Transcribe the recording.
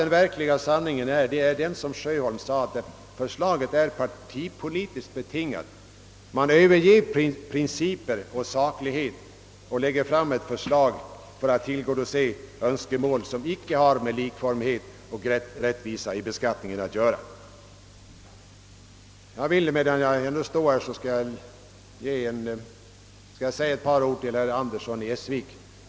Jag tror i likhet med herr Sjöholm att förslaget är partipolitiskt betingat. Man överger principer och saklighet och lägger fram ett förslag för att tillgodose önskemål som icke har med likformighet och rättvisa i beskattningen att göra. Medan jag ändå har ordet skall jag helt kort bemöta herr Andersson i Essvik.